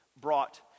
brought